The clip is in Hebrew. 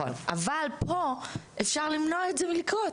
אבל פה אפשר למנוע את זה מלקרות.